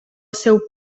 seu